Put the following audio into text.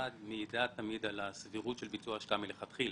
מעידה תמיד על הסבירות של ביצוע ההשקעה מלכתחילה.